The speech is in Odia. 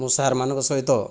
ମୁଁ ସାର୍ ମାନଙ୍କ ସହିତ